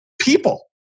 people